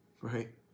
right